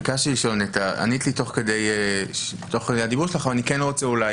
ביקשתי לשאול שאלה וענית לי תוך כדי הדברים שלך אבל אני כן רוצה לחדד: